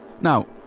Now